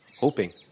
hoping